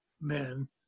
men